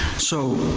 so